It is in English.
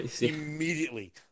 immediately